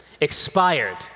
Expired